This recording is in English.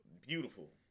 beautiful